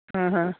ਹਾਂ ਹਾਂ